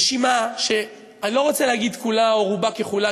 רשימה שאני לא רוצה להגיד כולה או רובה ככולה,